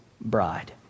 bride